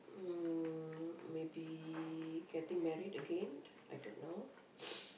um maybe getting married again I don't know